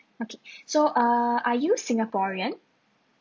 okay so err are you singaporean